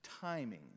timing